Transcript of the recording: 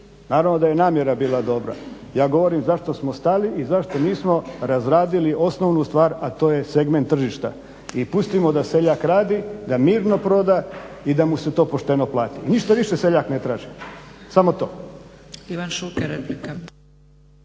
naravno da je namjera bila dobra. Ja govorim zašto smo stali i zašto nismo razradili osnovnu stvar, a to je segment tržišta I pustimo da seljak radi, da mirno proda i da mu se to pošteno plati. Ništa više seljak ne traži, samo to.